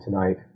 tonight